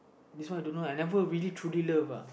this one I don't know uh I never really truly love uh